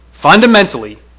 Fundamentally